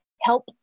help